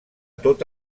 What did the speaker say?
tot